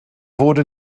wurde